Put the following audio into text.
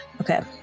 Okay